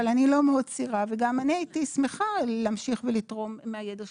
אבל אני לא מאוד צעירה וגם אני הייתי שמחה להמשיך ולתרום מהידע שלי.